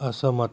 असहमत